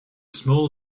small